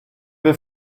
wir